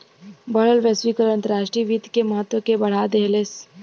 बढ़ल वैश्वीकरण अंतर्राष्ट्रीय वित्त के महत्व के बढ़ा देहलेस